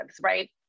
right